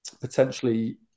potentially